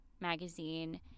magazine